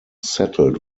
settled